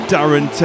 Darren